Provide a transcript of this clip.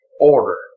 order